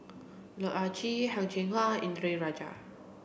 Loh Ah Chee Heng Cheng Hwa Indranee Rajah